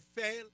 fail